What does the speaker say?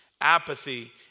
apathy